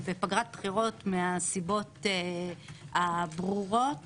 בפגרת בחירות מהסיבות הברורות